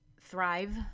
thrive